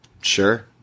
sure